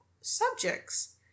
subjects